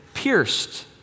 Pierced